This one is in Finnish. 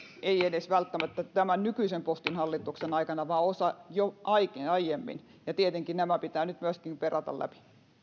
ei edes välttämättä tämän nykyisen postin hallituksen aikana vaan osa jo aiemmin ja tietenkin myöskin nämä pitää nyt perata läpi